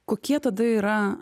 kokie tada yra